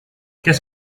qu’est